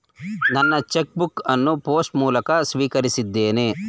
ನನ್ನ cheque book ಅನ್ನು post ಮೂಲಕ ಸ್ವೀಕರಿಸಿದ್ದೇನೆ